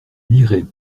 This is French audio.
lirait